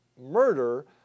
murder